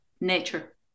nature